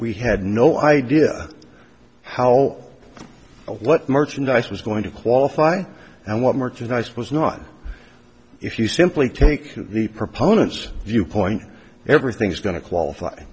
we had no idea how what merchandise was going to qualify and what merchandise was not if you simply take the proponents viewpoint everything's going to qualify